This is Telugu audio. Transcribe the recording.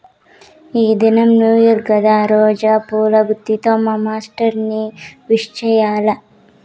ఈ దినం న్యూ ఇయర్ కదా రోజా పూల గుత్తితో మా సార్ ని విష్ చెయ్యాల్ల